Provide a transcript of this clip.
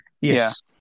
Yes